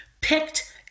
picked